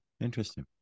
interesting